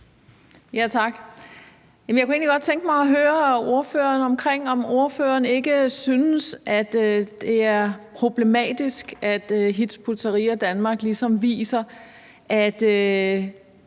egentlig godt tænke mig at høre ordføreren, om ordføreren ikke synes, at det er problematisk, at Hizb ut-Tahrir Danmark ligesom